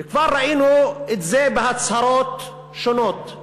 וכבר ראינו את זה בהצהרות שונות.